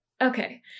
okay